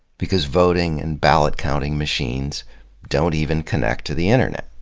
because voting and ballot counting machines don't even connect to the internet,